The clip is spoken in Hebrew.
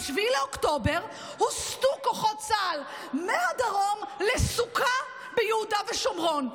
ב-7 באוקטובר הוסטו כוחות צה"ל מהדרום לסוכה ביהודה ושומרון.